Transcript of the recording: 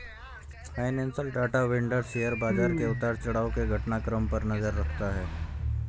financial data vendor share बाजार के उतार चढ़ाव के घटनाक्रम पर नजर रखता है